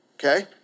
Okay